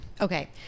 Okay